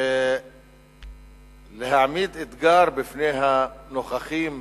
להעמיד אתגר בפני הנוכחים,